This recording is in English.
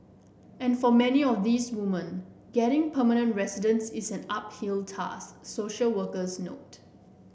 and for many of these women getting permanent residence is an uphill task social workers note